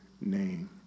name